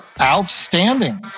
Outstanding